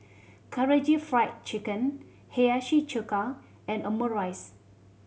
Karaage Fried Chicken Hiyashi Chuka and Omurice